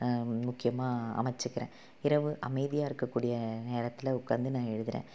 முக்கியமாக அமைச்சுக்கிறேன் இரவு அமைதியாக இருக்கக்கூடிய நேரத்தில் உட்காந்து நான் எழுதுகிறேன்